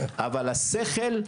אבל השכל,